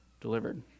delivered